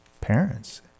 parents